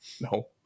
No